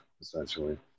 essentially